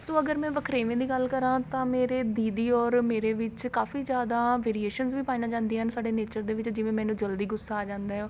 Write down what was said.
ਸੋ ਅਗਰ ਮੈਂ ਵਖਰੇਆਂ ਦੀ ਗੱਲ ਕਰਾਂ ਤਾਂ ਮੇਰੇ ਦੀਦੀ ਔਰ ਮੇਰੇ ਵਿੱਚ ਕਾਫੀ ਜ਼ਿਆਦਾ ਵੇਰੀਏਸ਼ਨਸ ਵੀ ਪਾਈਆਂ ਜਾਂਦੀਆਂ ਹਨ ਸਾਡੇ ਨੇਚਰ ਦੇ ਵਿੱਚ ਜਿਵੇਂ ਮੈਨੂੰ ਜਲਦੀ ਗੁੱਸਾ ਆ ਜਾਂਦਾ ਹੈ